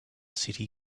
city